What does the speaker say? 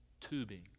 tubing